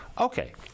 Okay